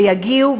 ויגיעו,